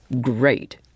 Great